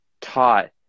taught